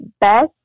Best